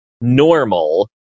normal